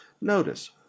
notice